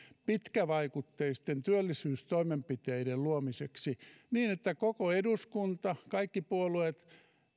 pitkävaikutteisten työllisyystoimenpiteiden luomiseksi niin että koko eduskunta kaikki puolueet